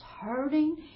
hurting